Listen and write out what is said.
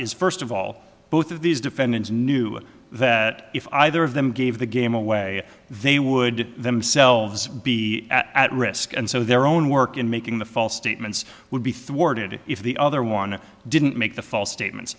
is first of all both of these defendants knew that if either of them gave the game away they would themselves be at risk and so their own work in making the false statements would be thwarted if the other one didn't make the false statements